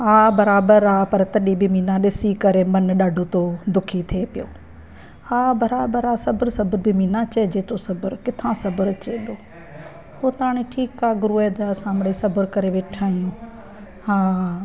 हा बराबरि आहे पर तॾहिं बि मीना ॾिसी करे मनु ॾाढो थो दुखी थिए पियो हा बराबरि आहे सबर सबर बि मीना चइजे थो सबर किथां सबर अचे हेॾो उहो त हाणे ठीकु आहे गुरु जे दया सां मिड़ेई सबर करे वेठा आहियूं हा हा